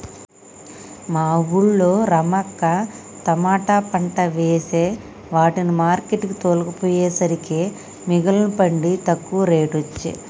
మా వూళ్ళో రమక్క తమాట పంట వేసే వాటిని మార్కెట్ కు తోల్కపోయేసరికే మిగుల పండి తక్కువ రేటొచ్చె